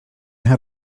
had